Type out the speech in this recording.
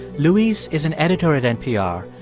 luis is an editor at npr,